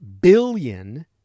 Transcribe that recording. billion